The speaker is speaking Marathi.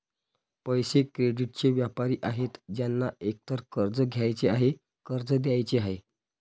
पैसे, क्रेडिटचे व्यापारी आहेत ज्यांना एकतर कर्ज घ्यायचे आहे, कर्ज द्यायचे आहे